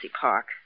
Park